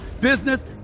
business